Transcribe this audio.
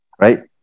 Right